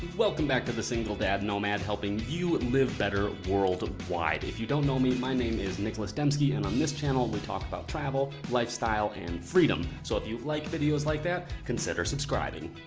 welcome back to the single dad nomad, helping you live better worldwide. if you don't know me, my name is nicholas demski and on this channel we talk about travel, lifestyle and freedom. so, if you like videos like that, consider subscribing.